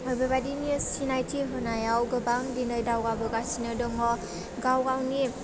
बेबायदिनि सिनायथि होनायाव गोबां दिनै दावगाबोगासिनो दङ गावगावनि